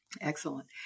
Excellent